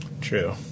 true